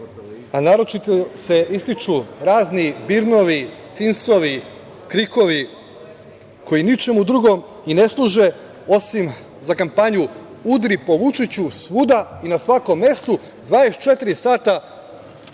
a naročito se ističu razni birnovi, cinsovi, krikovi, koji ničemu drugom i ne služe, osim za kampanju – udri po Vučiću, svuda i na svakom mestu, 24 sata